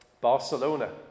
Barcelona